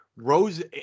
Rose